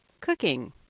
cooking